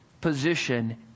position